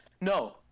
No